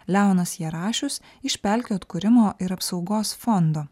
leonas jarašius iš pelkių atkūrimo ir apsaugos fondo